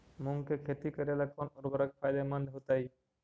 मुंग के खेती करेला कौन उर्वरक फायदेमंद होतइ?